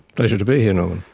pleasure to be here, norman.